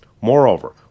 Moreover